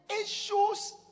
Issues